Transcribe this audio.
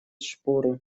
шпоры